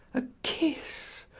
a kiss!